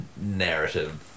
narrative